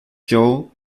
joe